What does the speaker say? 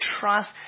trust